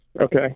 Okay